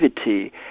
activity